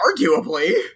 Arguably